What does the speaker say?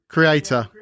Creator